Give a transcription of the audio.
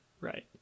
right